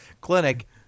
clinic